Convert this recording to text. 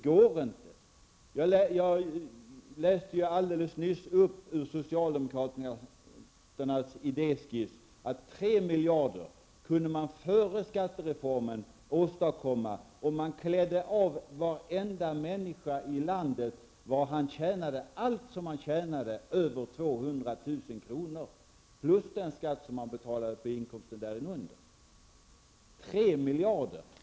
Jag läste ju högt alldeles nyss ur socialdemokraternas idéskrift att man innan skattereformen kunde åstadkomma 3 miljarder, om man tog allt som varenda människa tjänade här i landet över 200 000 kr. plus den skatt som har betalats på inkomster där under -- 3 miljarder!